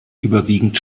überwiegend